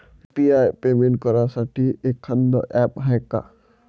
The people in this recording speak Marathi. यू.पी.आय पेमेंट करासाठी एखांद ॲप हाय का?